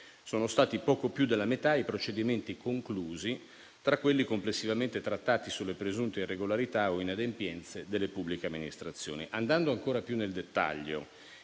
sono stati poco più della metà i procedimenti conclusi tra quelli complessivamente trattati sulle presunte irregolarità o inadempienze delle pubbliche amministrazioni. Andando ancora più nel dettaglio,